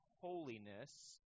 holiness